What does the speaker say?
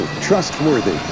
Trustworthy